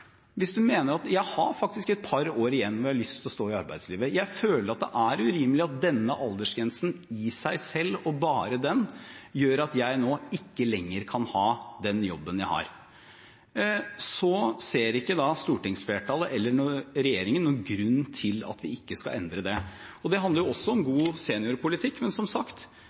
hvis jeg mener at jeg faktisk har et par år igjen hvor jeg har lyst til å stå i arbeidslivet, om jeg føler at det er urimelig at denne aldersgrensen i seg selv, og bare den – gjør at jeg nå ikke lenger kan ha den jobben jeg har? Stortingsflertallet eller regjeringen ser ikke noen grunn til at vi ikke skal endre det. Det handler også om god seniorpolitikk. Men som sagt: